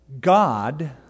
God